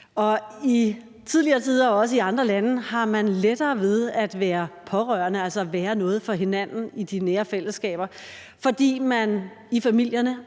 os. I tidligere tider – og det gælder også i andre lande – har man haft lettere ved at være pårørende, altså at være noget for hinanden i de nære fællesskaber, fordi man i familierne